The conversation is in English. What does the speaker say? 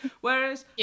Whereas